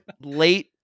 late